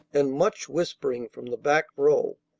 and much whispering from the back row,